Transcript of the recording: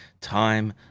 time